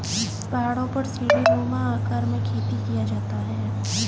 पहाड़ों पर सीढ़ीनुमा आकार में खेती किया जाता है